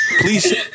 Please